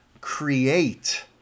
create